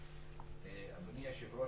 היושב-ראש,